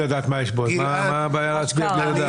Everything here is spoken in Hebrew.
זו חוות דעת שיפוטית --- בגלל שהיא אישה זה צווחות היסטריות?